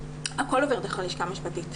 הכול עובר דרך הלשכה המשפטית.